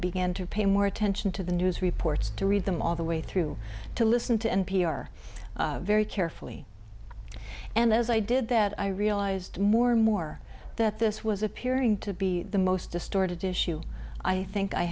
began to pay more attention to the news reports to read them all the way through to listen to n p r very carefully and as i did that i realized more and more that this was appearing to be the most distorted issue i think i